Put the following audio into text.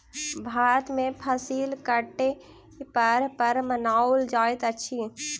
भारत में फसिल कटै पर पर्व मनाओल जाइत अछि